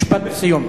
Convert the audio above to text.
משפט סיום.